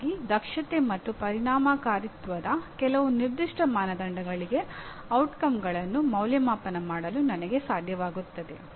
ಹಾಗಾಗಿ ದಕ್ಷತೆ ಮತ್ತು ಪರಿಣಾಮಕಾರಿತ್ವದ ಕೆಲವು ನಿರ್ದಿಷ್ಟ ಮಾನದಂಡಗಳಿಗೆ ಪರಿಣಾಮಗಳನ್ನು ಮೌಲ್ಯಅಂಕಣ ಮಾಡಲು ನನಗೆ ಸಾಧ್ಯವಾಗುತ್ತದೆ